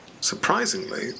Surprisingly